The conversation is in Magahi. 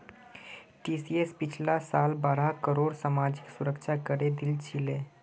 टीसीएस पिछला साल बारह करोड़ सामाजिक सुरक्षा करे दिल छिले